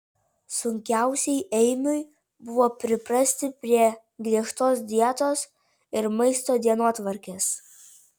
sunkiausiai eimiui buvo priprasti prie griežtos dietos ir maisto dienotvarkės